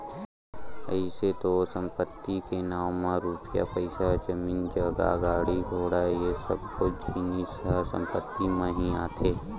अइसे तो संपत्ति के नांव म रुपया पइसा, जमीन जगा, गाड़ी घोड़ा ये सब्बो जिनिस ह संपत्ति म ही आथे